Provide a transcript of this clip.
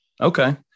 Okay